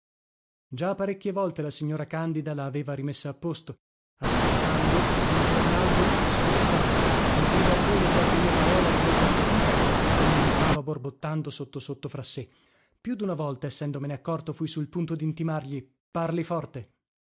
già parecchie volte la signora candida la aveva rimessa a posto aspettando il bernaldez sbuffava coglieva a volo qualche mia parola rivolta a pepita e la commentava borbottando sotto sotto fra sé più duna volta essendomene accorto fui sul punto dintimargli parli forte